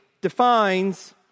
defines